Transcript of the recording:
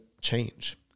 change